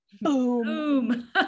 Boom